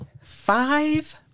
five